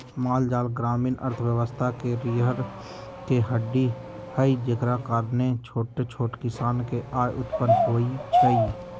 माल जाल ग्रामीण अर्थव्यवस्था के रीरह के हड्डी हई जेकरा कारणे छोट छोट किसान के आय उत्पन होइ छइ